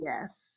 Yes